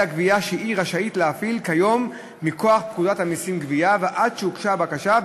הגבייה שהיא רשאית להפעיל כיום מכוח פקודת המסים (גבייה) ועד שהוגשה הבקשה,